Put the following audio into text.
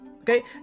Okay